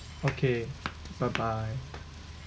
okay bye bye